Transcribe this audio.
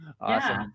awesome